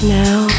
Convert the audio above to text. now